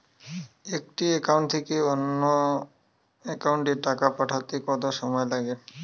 একটি একাউন্ট থেকে অন্য একাউন্টে টাকা পাঠাতে কত সময় লাগে?